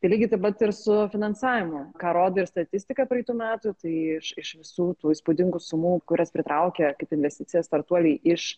lygiai taip pat ir su finansavimu ką rodo ir statistika praeitų metų tai iš visų tų įspūdingų sumų kurias pritraukė kaip investiciją startuoliai iš